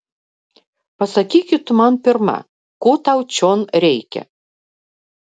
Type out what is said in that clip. pasakyki tu man pirma ko tau čion reikia